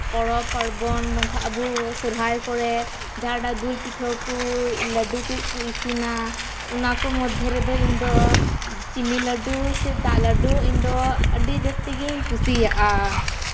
ᱯᱚᱨᱚᱵᱽᱼᱯᱟᱨᱵᱚᱱ ᱵᱟᱝᱠᱷᱟᱱ ᱟᱵᱚ ᱥᱚᱦᱨᱟᱭ ᱠᱚᱨᱮᱫ ᱡᱟᱦᱟᱱᱟᱜ ᱫᱩᱞ ᱯᱤᱴᱷᱟᱹ ᱠᱚ ᱞᱟᱹᱰᱩ ᱠᱚᱠᱚ ᱤᱥᱤᱱᱟ ᱚᱱᱟ ᱠᱚ ᱢᱚᱫᱽᱫᱷᱮ ᱨᱮᱫᱚ ᱤᱧ ᱫᱚ ᱪᱤᱱᱤ ᱞᱟᱹᱰᱩ ᱥᱮ ᱫᱟᱜ ᱞᱟᱹᱰᱩ ᱤᱧ ᱫᱚ ᱟᱹᱰᱤ ᱡᱟᱹᱥᱛᱤ ᱜᱤᱧ ᱠᱩᱥᱤᱭᱟᱜᱼᱟ